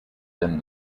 than